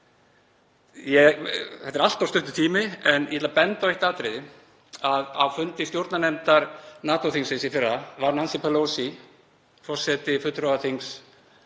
Þetta er allt of stuttur tími, en ég ætla að benda á eitt atriði. Á fundi stjórnarnefndar NATO-þingsins í fyrra var Nancy Pelosi, forseti